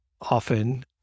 often